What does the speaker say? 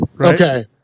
okay